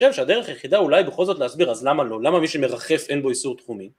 חושב שהדרך היחידה, אולי בכל זאת להסביר "אז למה לא? למה מי שמרחף אין בו איסור תחומי?"...